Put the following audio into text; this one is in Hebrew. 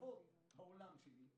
השקפת העולם שלנו?